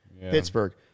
Pittsburgh